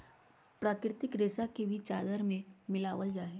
प्राकृतिक रेशा के भी चादर में मिलाबल जा हइ